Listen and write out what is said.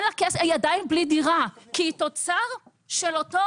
היא עדיין בלי דירה כי היא תוצר של אותו